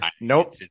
nope